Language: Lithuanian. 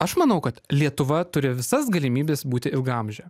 aš manau kad lietuva turi visas galimybes būti ilgaamžė